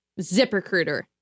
Ziprecruiter